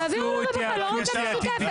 תעבירו לרווחה, לא רוצה משותפת.